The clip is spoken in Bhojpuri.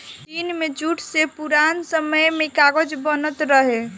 चीन में जूट से पुरान समय में कागज बनत रहे